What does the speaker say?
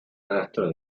rastro